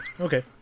Okay